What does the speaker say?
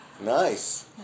Nice